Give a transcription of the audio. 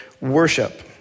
worship